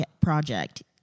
project